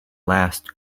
last